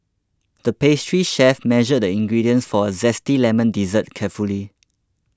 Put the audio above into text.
the pastry chef measured the ingredients for a Zesty Lemon Dessert carefully